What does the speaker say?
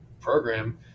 program